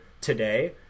today